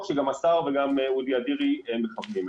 שגם השר ואודי אדירי מכוונים אליו.